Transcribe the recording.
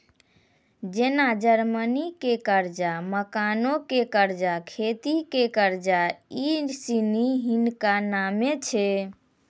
जेना जमीनो के कर्जा, मकानो के कर्जा, खेती के कर्जा इ सिनी हिनका नामे छै